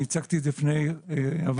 אני הצגתי את זה בפני הוועדה.